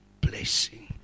blessing